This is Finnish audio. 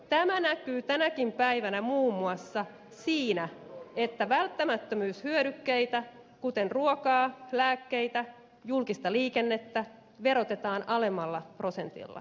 tämä näkyy tänäkin päivänä muun muassa siinä että välttämättömyyshyödykkeitä kuten ruokaa lääkkeitä ja julkista liikennettä verotetaan alemmalla prosentilla